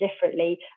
differently